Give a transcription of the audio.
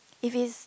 if it's